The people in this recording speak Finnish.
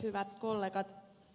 hyvät kollegat